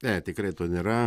ne tikrai to nėra